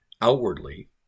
outwardly